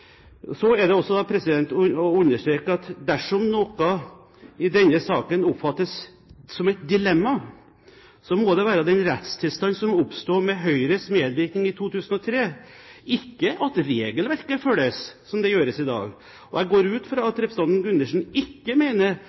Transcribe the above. Så vil jeg også understreke at dersom noe i denne saken oppfattes som et dilemma, må det være den rettstilstand som oppsto med Høyres medvirkning i 2003, ikke at regelverket følges, som det gjøres i dag. Jeg går ut fra at representanten Gundersen ikke mener